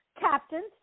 captains